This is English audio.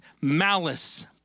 malice